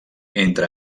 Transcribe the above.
entre